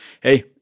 Hey